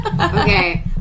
Okay